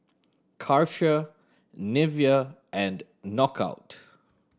Karcher Nivea and Knockout